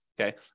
okay